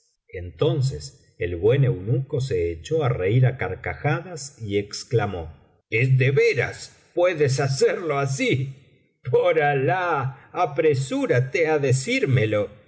entonces el buen eunuco se echó á reír á carcajadas y exclamó es de veras puedes hacerlo así por alah apresúrate á decírmelo